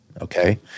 Okay